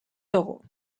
togo